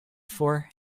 for